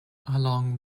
along